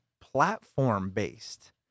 platform-based